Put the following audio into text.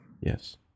yes